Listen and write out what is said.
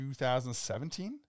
2017